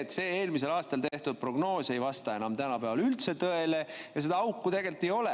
et see eelmisel aastal tehtud prognoos ei vasta enam tänapäeval üldse tõele ja seda auku tegelikult ei ole.